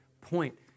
point